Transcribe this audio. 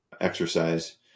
exercise